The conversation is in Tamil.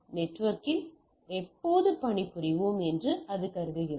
நெட்வொர்க்கில் எப்போது பணிபுரிவோம் என்று அது கருதுகிறது